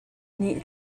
nih